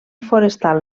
forestal